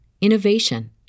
innovation